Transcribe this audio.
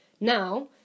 now